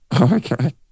Okay